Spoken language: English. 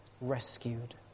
Rescued